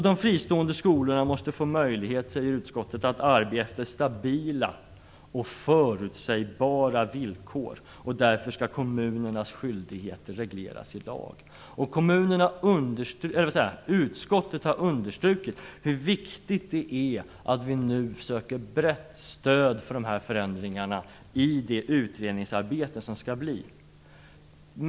De fristående skolorna måste få möjlighet att arbeta under stabila och förutsebara villkor. Därför skall kommunernas skyldigheter regleras i lag. Utskottet har understrukit att det är viktigt att vi nu söker brett stöd för dessa förändringar i det kommande utredningsarbetet.